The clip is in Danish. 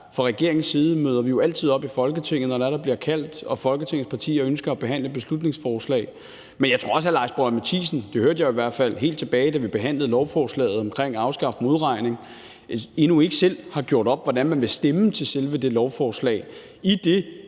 Fra regeringens side møder vi jo altid op i Folketinget, når der bliver kaldt og Folketingets partier ønsker at behandle et beslutningsforslag. Men jeg tror også, at hr. Lars Boje Mathiesen – det hørte jeg i hvert fald, helt tilbage da vi behandlede lovforslaget om at afskaffe modregning – endnu ikke selv har gjort op, hvordan man vil stemme til selve det lovforslag. Det